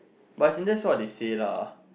but as in that's what they say lah